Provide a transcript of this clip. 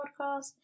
Podcast